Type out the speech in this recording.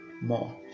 More